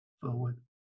forward